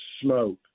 smoke